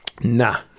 nah